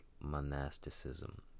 monasticism